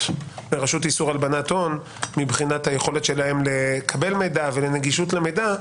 לרשות איסור הלבנת הון מבחינת היכולת שלהם לקבל מידע ולנגישות למידע,